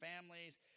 families